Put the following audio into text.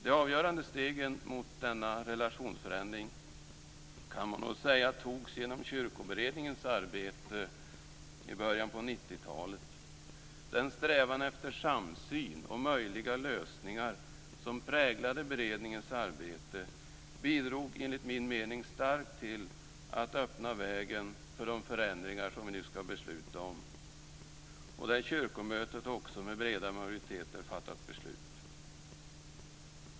De avgörande stegen mot denna relationsförändring kan man nog säga togs genom Kyrkoberedningens arbete i början av 90-talet. Den strävan efter samsyn och möjliga lösningar som präglade beredningens arbete bidrog enligt min mening starkt till att öppna vägen för de förändringar som vi nu skall besluta om och där Kyrkomötet också, med breda majoriteter, fattat beslut.